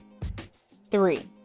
three